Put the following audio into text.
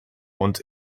und